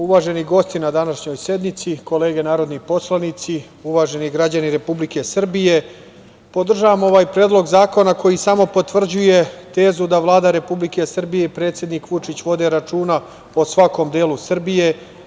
Uvaženi gosti na današnjoj sednici, kolege narodni poslanici, uvaženi građani Republike Srbije, podržavam ovaj Predlog zakona koji samo potvrđuje tezu da Vlada Republike Srbije i predsednik Vučić vode računa o svakom delu Srbije.